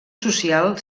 social